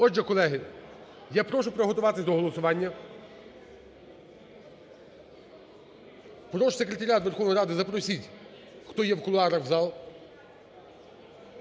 Отже, колеги, я прошу приготуватись до голосування. Прошу Секретаріат Верховної Ради, запросіть, хто є в кулуарах, в зал.